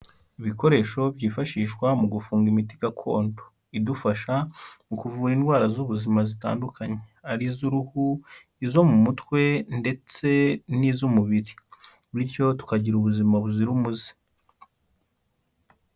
Ibikoresho byifashishwa mu gufunga imiti gakondo, idufasha mu kuvura indwara z'ubuzima zitandukanye, ari iz'uruhu, izo mu mutwe ndetse n'iz'umubiri, bityo tukagira ubuzima buzira umuze.